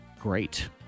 great